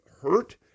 hurt